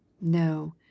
No